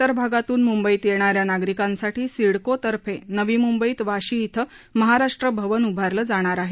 राज्याच्या विर भागातून मुंबईत येणाऱ्या नागरिकांसाठी सिडकोतर्फे नवी मुंबईत वाशी क्रिं महाराष्ट्र भवन उभारलं जाणार आहे